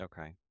Okay